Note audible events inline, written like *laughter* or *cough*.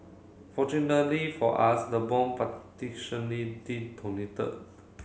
fortunately for us the bomb *unintelligible* detonated